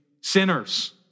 sinners